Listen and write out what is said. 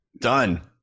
Done